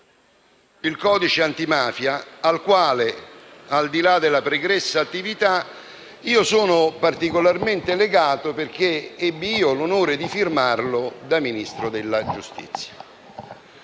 il codice antimafia, il quale, al di là della pregressa attività, io sono particolarmente legato, perché ebbi l'onore di firmarlo da Ministro della giustizia.